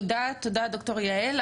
תודה, ד"ר יהל.